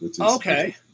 Okay